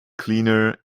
cleaner